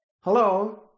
Hello